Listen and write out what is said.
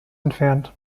entfernt